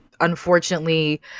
Unfortunately